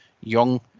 young